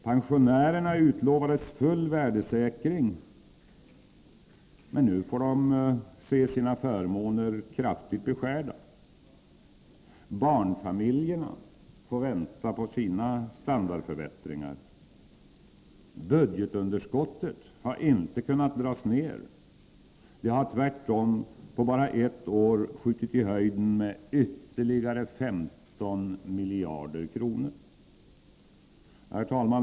Pensionärerna utlovades full värdesäkring, men nu får de se sina förmåner kraftigt beskurna. Barnfamiljerna får vänta på sina standardförbättringar. Budgetunderskottet har inte kunnat dras ned — det har tvärtom på bara ett år skjutit i höjden med ytterligare 15 miljarder kronor. Herr talman!